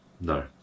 No